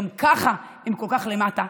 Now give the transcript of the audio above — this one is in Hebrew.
גם ככה הם כל כך למטה,